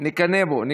נקנא בו.